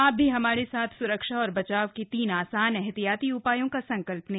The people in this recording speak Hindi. आप भी हमारे साथ सुरक्षा और बचाव के तीन आसान एहतियाती उपायों का संकल्प लें